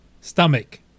Stomach